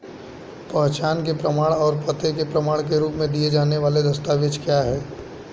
पहचान के प्रमाण और पते के प्रमाण के रूप में दिए जाने वाले दस्तावेज क्या हैं?